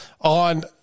on